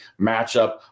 matchup